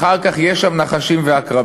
אחר כך יש שם נחשים ועקרבים.